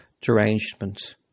derangement